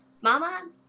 Mama